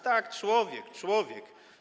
Tak, człowiek, człowiek.